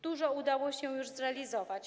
Dużo udało się już zrealizować.